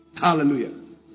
Hallelujah